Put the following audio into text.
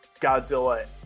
Godzilla